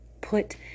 Put